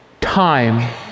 time